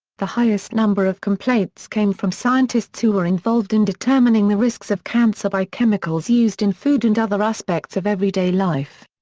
the highest number of complaints came from scientists who were involved in determining the risks of cancer by chemicals used in food and other aspects of everyday life.